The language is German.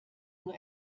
nur